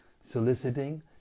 soliciting